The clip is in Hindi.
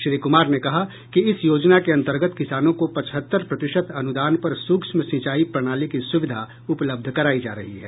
श्री कुमार ने कहा कि इस योजना के अंतर्गत किसानों को पचहत्तर प्रतिशत अनूदान पर सूक्ष्म सिंचाई प्रणाली की सुविधा उपलब्ध कराई जा रही है